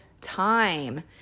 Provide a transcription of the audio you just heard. time